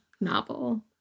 novel